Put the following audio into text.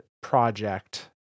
project